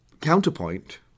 counterpoint